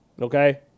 okay